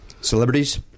Celebrities